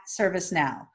ServiceNow